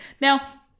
Now